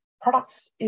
products